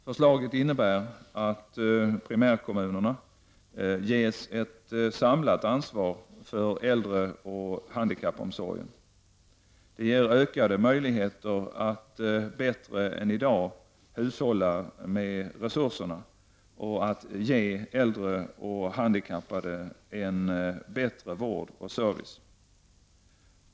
Förslaget innebär att primärkommunerna ges ett samlat ansvar för äldreoch handikappomsorgen. Det ger ökade möjligheter att bättre än i dag hushålla med resurserna och att ge de äldre och handikappade en bättre vård och service.